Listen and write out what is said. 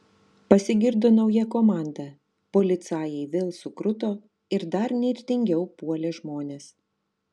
pasigirdo nauja komanda policajai vėl sukruto ir dar nirtingiau puolė žmones